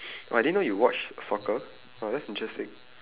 oh I didn't know that you watch soccer !wow! that's interesting